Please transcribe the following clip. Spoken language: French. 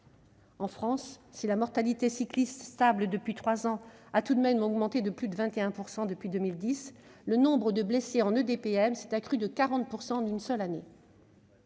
En France, si la mortalité cycliste, stable depuis trois ans, a tout de même augmenté de plus de 21 % depuis 2010, le nombre de blessés en EDPM s'est accru de 40 % en une seule année.